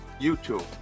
YouTube